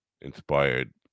inspired